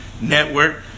Network